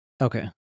Okay